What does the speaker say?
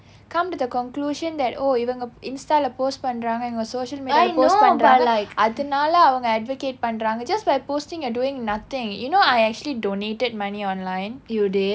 come to the conclusion that oh இவங்க:ivanga insta இல்ல:illa post பண்றாங்க யுவுங்க:pandraanga yuvunga social media இல்ல:illa post பண்றாங்க அதனால அவங்க:pandraanga athanaala avnga advocate பண்றாங்க:pandraanga just by posting you are doing nothing you know I actually donated money online